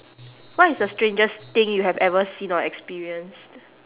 what is the strangest thing you have ever seen or experienced